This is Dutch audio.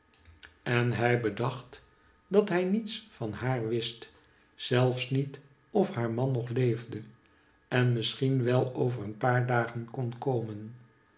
en hij bedacht dat hy niets van haar wist zclrs met oi naar man nog leefde en misschien wel over een paar dagen kon komen